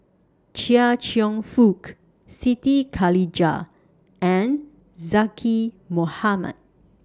Chia Cheong Fook Siti Khalijah and Zaqy Mohamad